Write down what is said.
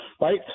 right